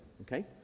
okay